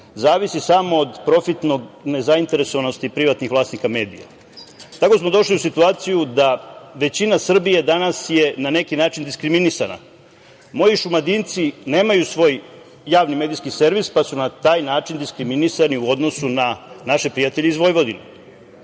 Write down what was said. zavisi samo od profitno nezainteresovanosti privatnih vlasnika medija. Tako smo došli u situaciju da većina Srbije danas je na neki način diskriminisana. Moji Šumadinci nemaju svoj javni medijski servis pa su na taj način diskriminisani u odnosu na naše prijatelje iz Vojvodine. Inače